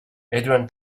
adrian